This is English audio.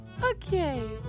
Okay